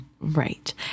right